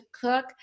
cook